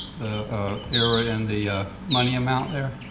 ah error in the money amount there?